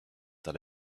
that